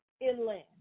inland